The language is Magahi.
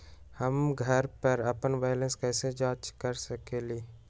हम घर पर अपन बैलेंस कैसे जाँच कर सकेली?